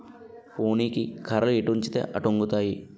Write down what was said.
పోనీకి కర్రలు ఎటొంచితే అటొంగుతాయి